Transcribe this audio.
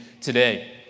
today